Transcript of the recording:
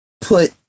put